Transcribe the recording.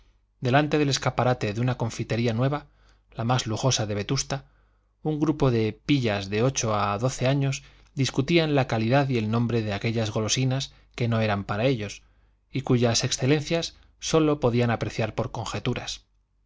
delante del escaparate de una confitería nueva la más lujosa de vetusta un grupo de pillos de ocho a doce años discutían la calidad y el nombre de aquellas golosinas que no eran para ellos y cuyas excelencias sólo podían apreciar por conjeturas